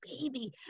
baby